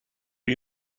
you